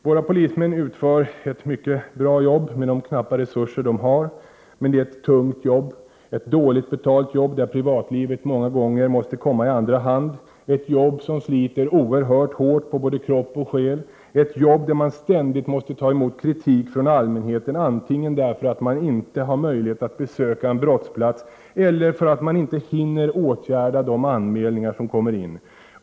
Våra polismän utför ett mycket bra jobb med de knappa resurser de har. Men det är ett tungt jobb, ett dåligt betalt jobb som innebär att privatlivet många gånger måste komma i andra hand, ett jobb som sliter oerhört hårt på både kropp och själ, ett jobb där man ständigt måste ta emot kritik från allmänheten, antingen därför att man inte har möjlighet att besöka en brottsplats eller därför att man inte hinner åtgärda de anmälningar som kommer in.